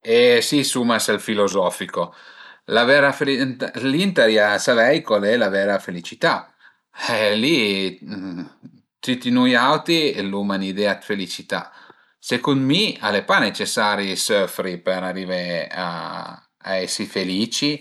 E si suma sël filozofico. La vera felicità, li ëntarìa savei co al e la vera felicità e li tüti nui auti l'uma ün'idea d'felicità. Secund mi al e pa necesari söfri për arivé a esi felici